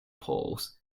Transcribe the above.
polls